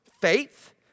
faith